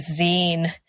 zine